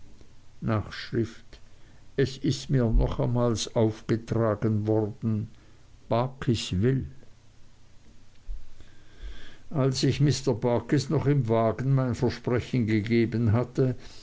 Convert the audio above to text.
nachschrift es ist mir nochmals aufgetragen worden barkis will als ich mr barkis noch im wagen mein versprechen gegeben hatte